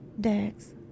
Dex